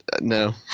no